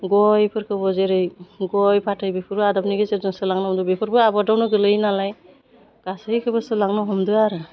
गयफोरखौबो जेरै गय फाथै बिफोर आबदनि गेजेरजों सोलांनो हमदों बेफोरबो आबादावनो गोलैयो नालाय गासैखौबो सोलांनो हमदों आरो